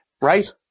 right